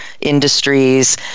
industries